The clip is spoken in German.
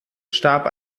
starb